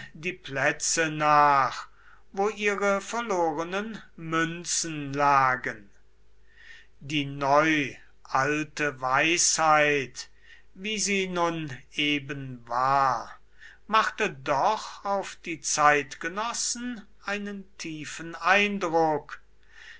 die plätze nach wo ihre verlorenen münzen lagen die neu alte weisheit wie sie nun eben war machte doch auf die zeitgenossen einen tiefen eindruck